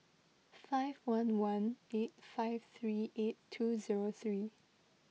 five one one eight five three eight two zero three